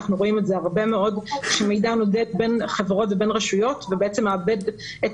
אנחנו רואים הרבה מאוד שמידע נודד בין חברות ובין רשויות ומאבד את